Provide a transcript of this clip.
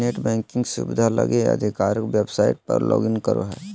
Indian bank के net banking सुविधा लगी आधिकारिक वेबसाइट पर लॉगिन करहो